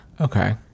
okay